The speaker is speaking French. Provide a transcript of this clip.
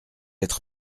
être